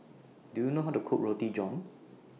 Do YOU know How to Cook Roti John